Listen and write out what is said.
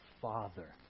Father